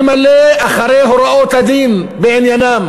ממלא אחרי הוראות הדין בעניינם.